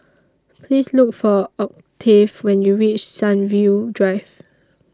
Please Look For Octave when YOU REACH Sunview Drive